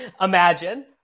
Imagine